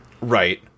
Right